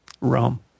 Rome